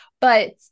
But-